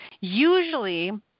Usually